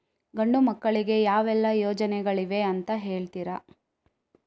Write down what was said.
ಗಂಡು ಮಕ್ಕಳಿಗೆ ಯಾವೆಲ್ಲಾ ಯೋಜನೆಗಳಿವೆ ಅಂತ ಹೇಳ್ತೀರಾ?